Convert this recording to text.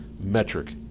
metric